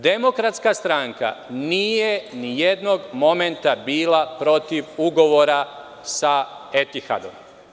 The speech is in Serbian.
Demokratska stranka nije ni jednog momenta bila protiv ugovora sa „Etihadom“